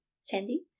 Sandy